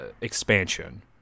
expansion